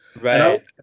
Right